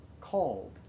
called